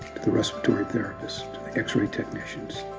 the respiratory therapists, to the x-ray technicians,